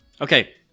Okay